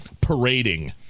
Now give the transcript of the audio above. parading